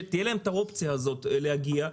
שתהיה להם אופציה להגיע.